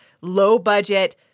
low-budget –